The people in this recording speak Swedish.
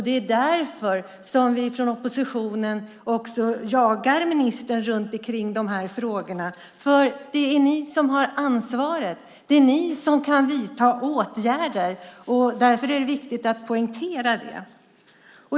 Det är därför vi från oppositionen jagar ministern i de här frågorna. Det är ni som har ansvaret. Det är ni som kan vidta åtgärder. Därför är det viktigt att poängtera det.